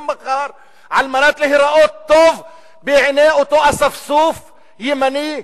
מחר על מנת להיראות טוב בעיני אותו אספסוף ימני,